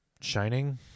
Shining